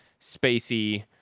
spacey